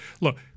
look